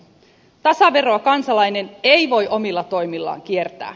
tasaveroa kansalainen ei voi omilla toimillaan kiertää